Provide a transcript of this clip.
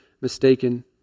mistaken